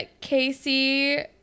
Casey